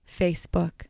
Facebook